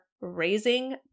raising